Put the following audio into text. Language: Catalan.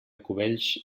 cubells